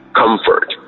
comfort